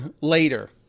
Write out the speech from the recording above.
later